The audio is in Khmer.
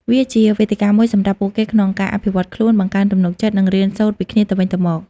វាជាវេទិកាមួយសម្រាប់ពួកគេក្នុងការអភិវឌ្ឍខ្លួន បង្កើនទំនុកចិត្ត និងរៀនសូត្រពីគ្នាទៅវិញទៅមក។